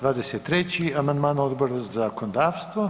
23. amandman Odbora za zakonodavstvo.